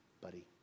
buddy